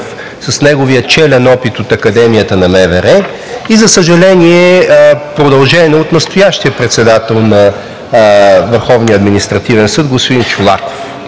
с неговия челен опит от Академията на МВР, и за съжаление, продължена от настоящия председател на Върховния